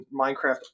Minecraft